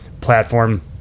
platform